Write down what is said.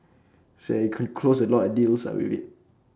so I could close a lot of deals ah with it